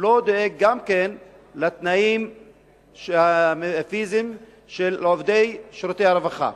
לא דואג גם כן לתנאים הפיזיים של עובדי שירותי הרווחה?